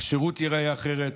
השירות ייראה אחרת,